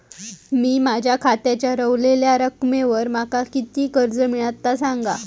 मी माझ्या खात्याच्या ऱ्हवलेल्या रकमेवर माका किती कर्ज मिळात ता सांगा?